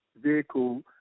vehicle